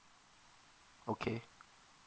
okay